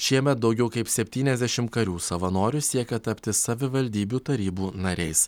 šiemet daugiau kaip septyniasdešimt karių savanorių siekia tapti savivaldybių tarybų nariais